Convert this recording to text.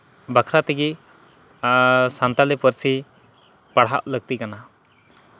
ᱵᱟᱠᱷᱨᱟ ᱛᱮᱜᱮ ᱥᱟᱱᱛᱟᱞᱤ ᱯᱟᱹᱨᱥᱤ ᱯᱟᱲᱦᱟᱜ ᱞᱟᱹᱠᱛᱤᱜ ᱠᱟᱱᱟ